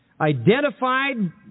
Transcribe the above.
identified